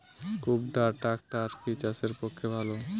কুবটার ট্রাকটার কি চাষের পক্ষে ভালো?